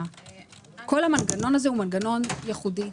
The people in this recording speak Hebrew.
כל המנגנון הזה ייחודי.